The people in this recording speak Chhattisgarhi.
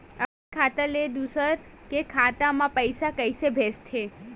अपन खाता ले दुसर के खाता मा पईसा कइसे भेजथे?